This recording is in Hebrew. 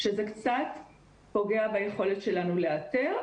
שזה קצת פוגע ביכולת שלנו לאתר,